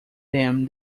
them